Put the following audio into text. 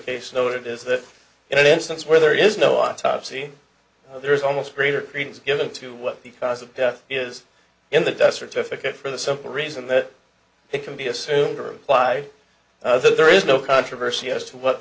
case noted is that in an instance where there is no autopsy there is almost greater means given to what the cause of death is in the death certificate for the simple reason that it can be assumed or applied so there is no controversy as to what